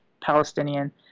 Palestinian